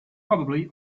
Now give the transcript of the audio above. probably